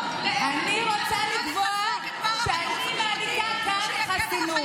אני רוצה לקבוע שאני מעדיפה כאן חסינות.